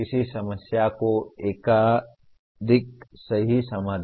किसी समस्या के एकाधिक सही समाधान